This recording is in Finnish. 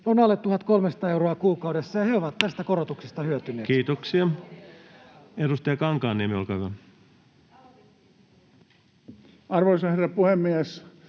Meri: Nimenomaan!] ja he ovat tästä korotuksesta hyötyneet. Kiitoksia. — Edustaja Kankaanniemi, olkaa hyvä. Arvoisa herra puhemies!